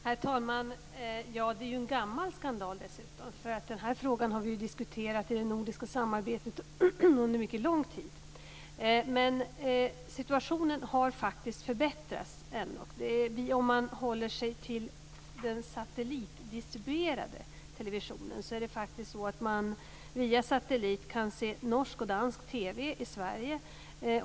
Herr talman! Det är en gammal skandal dessutom. Den här frågan har vi ju diskuterat i det nordiska samarbetet under mycket lång tid. Men situationen har faktiskt förbättrats. Om man håller sig till den satellitdistribuerade televisionen är det faktiskt så att man via satellit kan se norsk och dansk TV i Sverige.